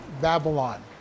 Babylon